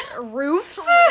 Roofs